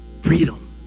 Freedom